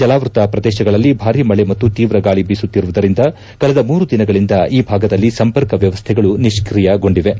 ಜಲಾವೃತ ಪ್ರದೇಶಗಳಲ್ಲಿ ಭಾರೀ ಮಳೆ ಮತ್ತು ತೀವ್ರ ಗಾಳಿ ಬೀಸುತ್ತಿರುವುದರಿಂದ ಕಳೆದ ಮೂರು ದಿನಗಳಿಂದ ಈ ಭಾಗದಲ್ಲಿ ಸಂಪರ್ಕ ವ್ಲವಸ್ಥೆಗಳು ನಿಷ್ಕಿಯಗೊಂಡಿವೆ